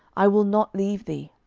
i will not leave thee.